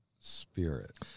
Spirit